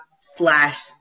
slash